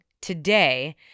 today